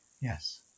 Yes